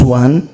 one